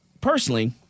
personally